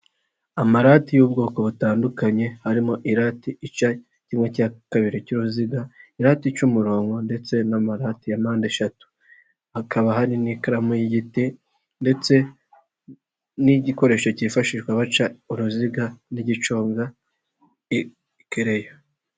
Amarati y'ubwoko butandukanye harimo irate ica kimwe cya kabiri cy'uruzi, irati ica umurongo ndetse n'amarati ya mpande eshatu, hakaba hari n'ikaramu y'igiti ndetse n'igikoresho cyifashishwa baca uruziga n'igiconga ikereyo.